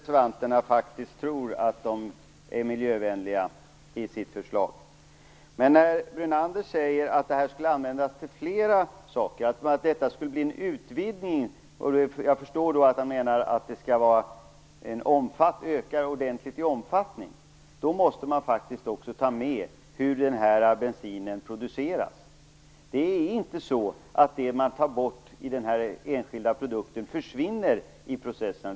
Herr talman! Jag tror att reservanterna faktiskt tror att de är miljövänliga i sitt förslag. Men när Lennart Brunander säger att denna bensin skulle användas till flera saker - jag förstår att han menar att användningen skall öka ordentligt i omfattning - då måste man faktiskt också ta med hur den här bensinen produceras. Det är inte så att det som man tar bort i den här enskilda produkten försvinner i processen.